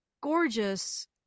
gorgeous